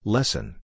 Lesson